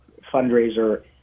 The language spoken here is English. fundraiser